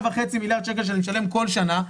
וחצי מיליארד שקל שאני משלם כל שנה,